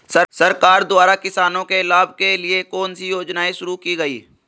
सरकार द्वारा किसानों के लाभ के लिए कौन सी योजनाएँ शुरू की गईं?